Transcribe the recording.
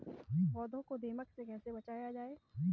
पौधों को दीमक से कैसे बचाया जाय?